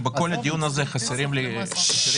בכל הדיון הזה חסרים לי מספרים.